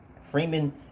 Freeman